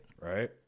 Right